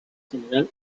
general